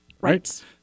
Right